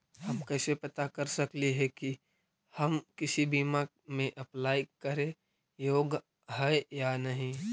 हम कैसे पता कर सकली हे की हम किसी बीमा में अप्लाई करे योग्य है या नही?